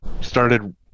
started